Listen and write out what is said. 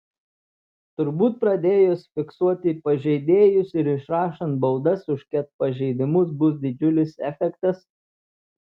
turbūt pradėjus fiksuoti pažeidėjus ir išrašant baudas už ket pažeidimus bus didžiulis efektas